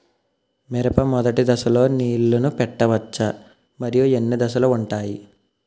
మిరప మొదటి దశలో నీళ్ళని పెట్టవచ్చా? మరియు ఎన్ని దశలు ఉంటాయి?